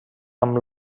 amb